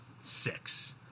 six